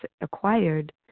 acquired